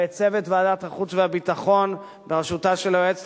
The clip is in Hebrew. ואת צוות ועדת החוץ והביטחון בראשות היועצת